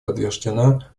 подтверждена